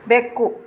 ಬೆಕ್ಕು